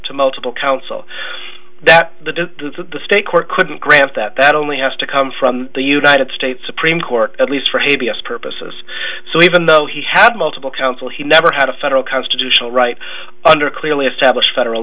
to multiple counsel that the state court couldn't grant that only has to come from the united states supreme court at least for a b s purposes so even though he had multiple counsel he never had a federal constitutional right under clearly established federal